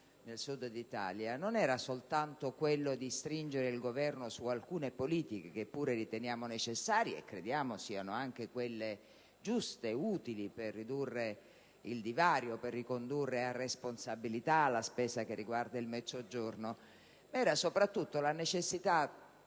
al Sud - non era soltanto quella di stringere il Governo su alcune politiche, che pure riteniamo necessarie e crediamo siano anche quelle giuste e utili per ridurre il divario e per ricondurre a responsabilità la spesa che riguarda il Mezzogiorno. Era soprattutto la necessità